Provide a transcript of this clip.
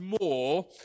more